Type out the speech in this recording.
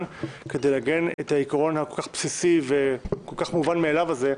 כדי לעגן את העיקרון הכל כך בסיסי וכל כך מובן מאליו הזה,